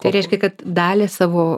tai reiškia kad dalį savo